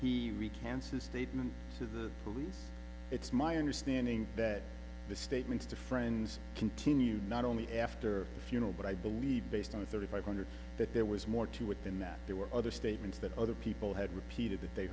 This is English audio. his statement to the police it's my understanding that the statements to friends continued not only after the funeral but i believe based on thirty five hundred that there was more to it than that there were other statements that other people had repeated that they